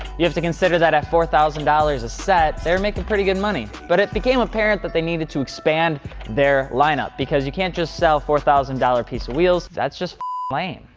you have to consider that at four thousand dollars a set, they're making pretty good money. but it became apparent that they needed to expand their lineup, because you can't just sell a four thousand dollars piece of wheels. that's just lame.